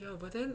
ya but then